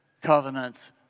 covenants